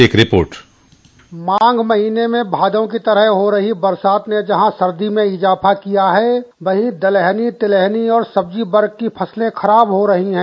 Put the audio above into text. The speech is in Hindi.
एक रिपोर्ट माघ महीने में भादौ की तरह हो रही बरसात ने जहाँ सर्दी में इजाफा किया है वहीं दलहनी तिलहनी और सब्जी की फसलें खराब हो रहीं हैं